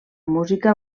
música